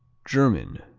german